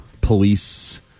police